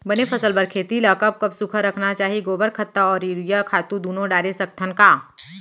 बने फसल बर खेती ल कब कब सूखा रखना चाही, गोबर खत्ता और यूरिया खातू दूनो डारे सकथन का?